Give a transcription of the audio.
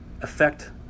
affect